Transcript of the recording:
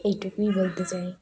এইটুকুই বলতে চাই